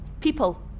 people